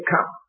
come